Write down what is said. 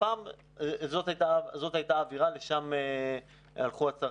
הפעם זו הייתה האווירה, ולשם הלכו הצרכנים.